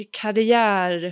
karriär